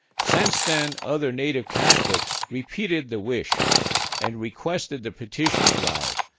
since then, other native catholics repeated the wish and requested the petition drive,